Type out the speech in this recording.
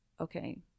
okay